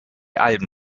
alben